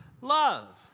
love